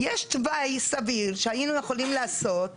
יש תוואי סביר שהיינו יכולים לעשות,